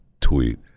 tweet